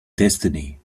destiny